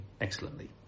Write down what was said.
excellently